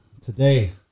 today